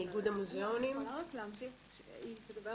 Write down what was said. שמי שרוצה להזמין יכול לבוא